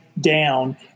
down